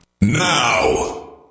NOW